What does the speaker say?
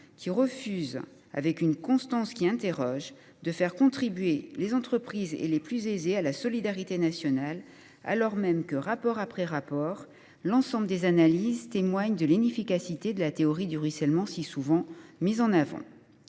en refusant, avec une constance qui interroge, de faire contribuer les entreprises et les plus aisés à la solidarité nationale, alors même que, rapport après rapport, l’ensemble des analyses témoignent de l’inefficacité de la théorie du ruissellement si souvent mise en avant.